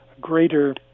greater